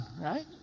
right